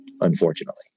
unfortunately